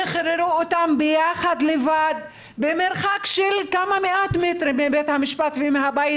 שחררו אותם ביחד לבד במרחק של כמה מאות מטרים מבית המשפט ומהבית